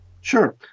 Sure